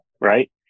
Right